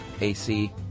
AC